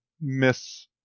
miss